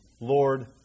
Lord